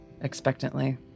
expectantly